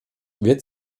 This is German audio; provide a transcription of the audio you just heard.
wird